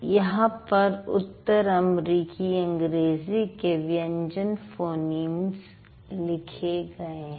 यहां पर उत्तर अमरिकी अंग्रेजी के व्यंजन फोनीम्स लिखे गए हैं